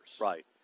Right